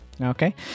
okay